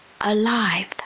alive